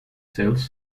sales